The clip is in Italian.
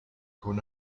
con